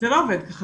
זה לא עובד ככה.